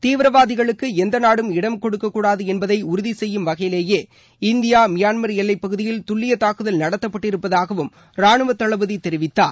தீவிரவாதிகளுக்கு எந்த நாடும் இடம் கொடுக்கக்கூடாது என்பதை உறுதி செய்யும் வகையிலேயே இந்திய மியான்மர் எல்லைப் பகுதியில் துல்லிய தாக்குதல் நடத்தப்பட்டிருப்பதாகவும் ரானுவத் தளபதி தெரிவித்தார்